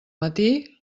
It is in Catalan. matí